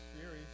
series